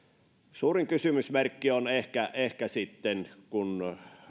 suurin kysymysmerkki on ehkä ehkä sitten kun